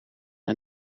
een